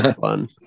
fun